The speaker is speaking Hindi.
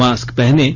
मास्क पहनें